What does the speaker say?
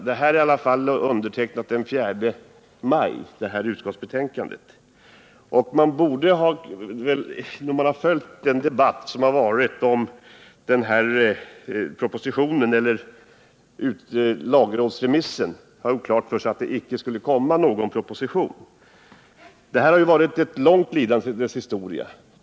Det här utskottsbetänkandet är undertecknat den 4 maj. Man borde, när man följt debatten om den lagrådsremissen, ha gjort klart för sig att det inte skulle komma att framläggas någon proposition. Det här har varit ett långt lidandes historia.